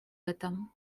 этом